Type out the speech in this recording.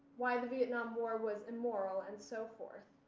why the vietnam war was immoral and so forth.